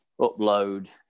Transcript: upload